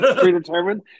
predetermined